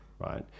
right